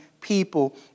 people